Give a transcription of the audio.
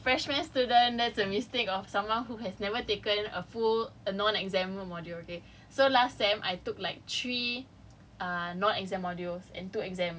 oh that's the mistake that's the mistake of a of a freshman student that's a mistake of someone who has never taken full a non exam module okay so last sem I took like three